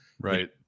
right